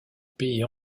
pays